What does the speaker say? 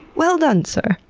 well done, sir?